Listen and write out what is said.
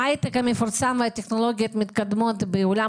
ההייטק המפורסם והטכנולוגיות המתקדמות בעולם